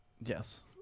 Yes